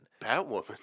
Batwoman